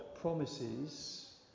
promises